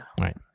right